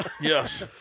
Yes